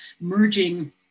merging